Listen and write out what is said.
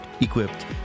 equipped